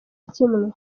kimwe